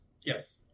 Yes